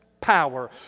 power